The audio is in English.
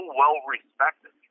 well-respected